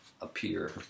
appear